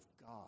God